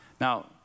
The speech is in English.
Now